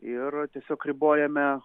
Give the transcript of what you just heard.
ir tiesiog ribojame